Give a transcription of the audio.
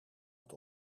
het